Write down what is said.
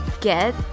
get